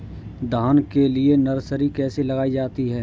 धान के लिए नर्सरी कैसे लगाई जाती है?